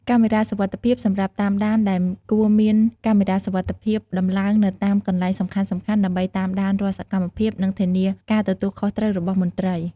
កាមេរ៉ាសុវត្ថិភាពសម្រាប់តាមដានដែលគួរមានកាមេរ៉ាសុវត្ថិភាពដំឡើងនៅតាមកន្លែងសំខាន់ៗ ដើម្បីតាមដានរាល់សកម្មភាព និងធានាការទទួលខុសត្រូវរបស់មន្ត្រី។